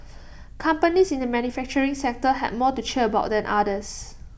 companies in the manufacturing sector had more to cheer about than others